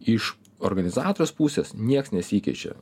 iš organizatoriaus pusės nieks nesikeičia